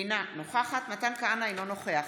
אינה נוכחת מתן כהנא, אינו נוכח